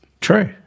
True